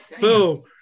Boom